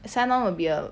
sign on will be a